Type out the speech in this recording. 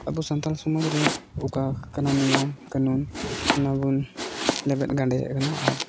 ᱟᱵᱚ ᱥᱟᱱᱛᱟᱲ ᱥᱚᱢᱟᱡᱽ ᱨᱮ ᱚᱠᱟ ᱠᱟᱱᱟ ᱱᱤᱭᱚᱢ ᱠᱟᱹᱱᱩᱱ ᱚᱱᱟ ᱵᱚᱱ ᱞᱮᱵᱮᱫ ᱜᱟᱸᱰᱮᱭᱮᱫ ᱠᱟᱱᱟ ᱟᱨ